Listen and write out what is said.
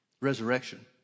resurrection